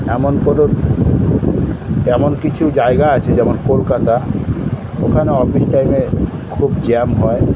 এমন কোনো তেমন কিছু জায়গা আছে যেমন কলকাতা ওখানে অফিস টাইমে খুব জ্যাম হয়